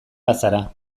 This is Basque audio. bazara